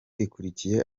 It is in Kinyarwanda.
ikurikiye